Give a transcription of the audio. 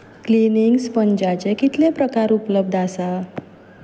cleaning स्पंजाचे कितले प्रकार उपलब्द आसा